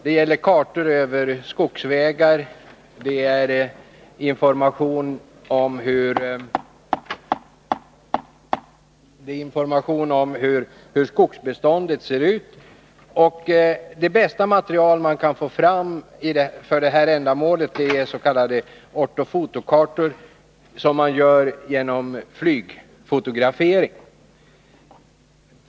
Det gäller både kartor över skogsvägar och information om hur skogsbeståndet ser ut. Det bästa material som man kan få fram för detta ändamål är s.k. ortofotokartor, som görs genom flygfotografering.